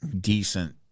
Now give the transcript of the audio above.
decent